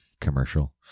commercial